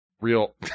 Real